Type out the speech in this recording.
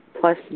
plus